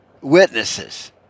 witnesses